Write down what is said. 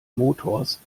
motors